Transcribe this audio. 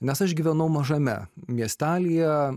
nes aš gyvenau mažame miestelyje